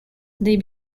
they